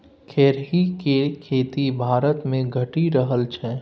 खेरही केर खेती भारतमे घटि रहल छै